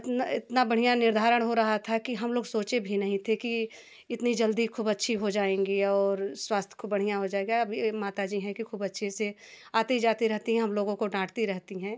इतना इतना बढ़िया निर्धारण हो रहा था कि हम लोग सोचे भी नहीं थे कि इतनी जल्दी खूब अच्छी हो जाएंगी और स्वास्थ खूब बढ़िया हो जाएगा अब यह माता जी हैं कि खूब अच्छे से आती जाती रहती हैं हम लोगों को डाँटती रहती हैं